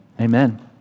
Amen